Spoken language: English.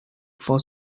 for